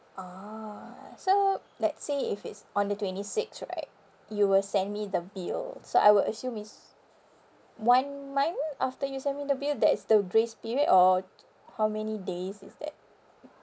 ah so let's say if it's on the twenty sixth right you will send me the bill so I would assume is one month after you send me the bill that's the grace period or how many days is that